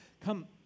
Come